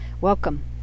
Welcome